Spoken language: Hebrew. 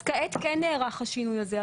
אז כעת כן נערך השינוי הזה,